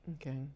okay